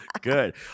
good